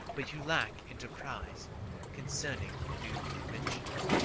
but you lack enterprise concerning new inventions.